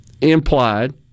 implied